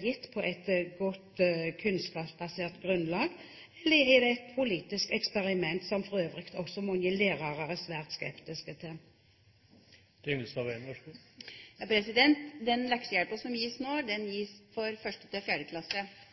gitt på et godt kunnskapsbasert grunnlag, eller er det et politisk eksperiment, som for øvrig også mange lærere er svært skeptiske til? Den leksehjelpen som gis nå, gis for 1.–4. klasse, og det bekymrer faktisk ikke meg at den